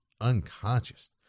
unconscious